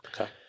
Okay